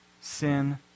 sin